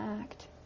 act